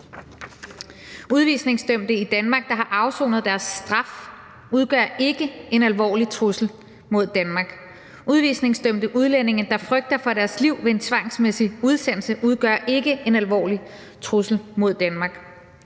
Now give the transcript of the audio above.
Udvisningsdømte i Danmark, der har afsonet deres straf, udgør ikke en alvorlig trussel mod Danmark. Udvisningsdømte udlændinge, der frygter for deres liv ved en tvangsmæssig udsendelse, udgør ikke en alvorlig trussel mod Danmark.